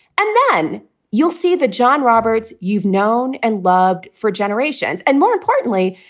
and then you'll see the john roberts you've known and loved for generations. and more importantly,